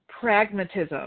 pragmatism